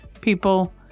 people